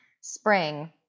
spring